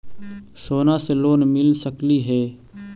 सोना से लोन मिल सकली हे?